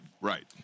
right